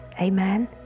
Amen